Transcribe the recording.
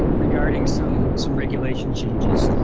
ah regarding some some regulation changes.